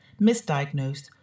misdiagnosed